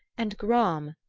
and gram,